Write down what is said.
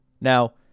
Now